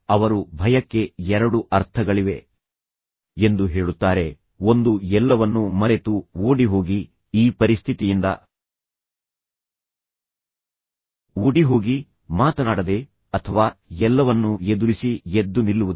ಅವರು ಭಯಕ್ಕೆ ಎರಡು ಅರ್ಥಗಳಿವೆ ಎಂದು ಹೇಳುತ್ತಾರೆ ಒಂದು ಎಲ್ಲವನ್ನೂ ಮರೆತು ಓಡಿಹೋಗಿ ಈ ಪರಿಸ್ಥಿತಿಯಿಂದ ಓಡಿಹೋಗಿ ಮಾತನಾಡದೆ ಅಥವಾ ಎಲ್ಲವನ್ನೂ ಎದುರಿಸಿ ಎದ್ದು ನಿಲ್ಲುವುದು